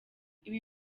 ibi